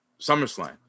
SummerSlam